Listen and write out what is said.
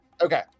Okay